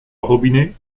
robinet